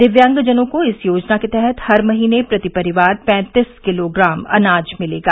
दिव्यांगजनों को इस योजना के तहत हर महीने प्रति परिवार पैंतीस किलोग्राम अनाज मिलेगा